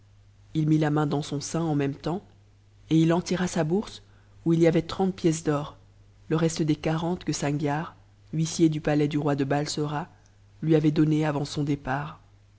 il mit la main dans son sein en niénxtemps et il en tira sa bourse où il y avait trente pièces d'or le reste des quarante que sangiar huissier du palais du roi de balsora lui a u données avant son départ